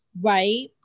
right